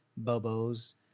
bobos